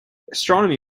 astronomy